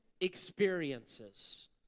experiences